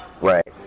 Right